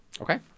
Okay